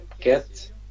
get